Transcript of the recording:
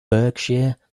berkshire